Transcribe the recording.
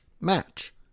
match